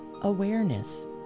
awareness